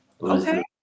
Okay